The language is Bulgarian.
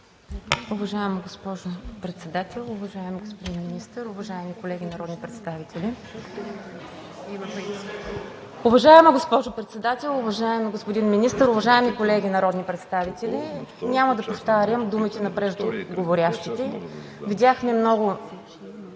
уважаеми господин Министър, уважаеми колеги народни представители! Няма да повтарям думите на преждеговорящите. Чухме много